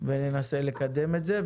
וננסה לקדם את זה.